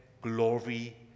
glory